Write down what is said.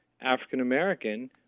African-American